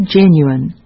genuine